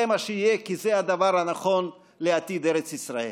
זה מה שיהיה, כי זה הדבר הנכון לעתיד ארץ ישראל.